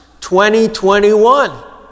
2021